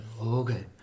Okay